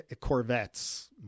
Corvettes